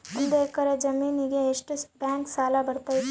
ಒಂದು ಎಕರೆ ಜಮೇನಿಗೆ ಎಷ್ಟು ಬ್ಯಾಂಕ್ ಸಾಲ ಬರ್ತೈತೆ?